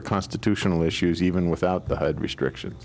of constitutional issues even without the hood restriction